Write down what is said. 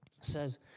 says